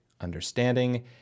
understanding